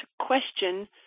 question